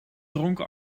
dronken